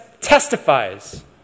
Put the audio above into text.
testifies